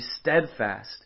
steadfast